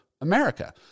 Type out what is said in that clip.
America